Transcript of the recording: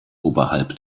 oberhalb